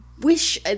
wish